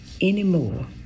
anymore